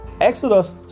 Exodus